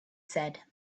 said